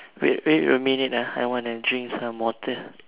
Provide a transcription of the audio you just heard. wait wait a minute ah I want to drink some water